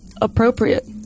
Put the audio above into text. appropriate